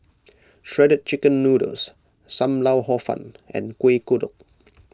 Shredded Chicken Noodles Sam Lau Hor Fun and Kueh Kodok